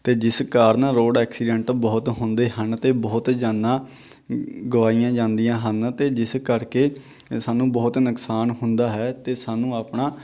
ਅਤੇ ਜਿਸ ਕਾਰਨ ਰੋਡ ਐਕਸੀਡੈਂਟ ਬਹੁਤ ਹੁੰਦੇ ਹਨ ਅਤੇ ਬਹੁਤ ਜਾਨਾਂ ਗਵਾਈਆਂ ਜਾਂਦੀਆਂ ਹਨ ਅਤੇ ਜਿਸ ਕਰਕੇ ਸਾਨੂੰ ਬਹੁਤ ਨੁਕਸਾਨ ਹੁੰਦਾ ਹੈ ਅਤੇ ਸਾਨੂੰ ਆਪਣਾ